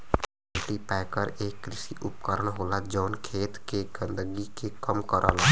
cultipacker एक कृषि उपकरण होला जौन खेत के गंदगी के कम करला